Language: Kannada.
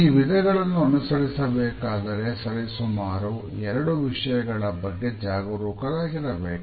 ಈ ವಿಧಗಳನ್ನು ಅನುಸರಿಸಬೇಕಾದರೆ ಸರಿಸುಮಾರು ಎರಡು ವಿಷಯಗಳ ಬಗ್ಗೆ ಜಾಗರೂಕರಾಗಿರಬೇಕು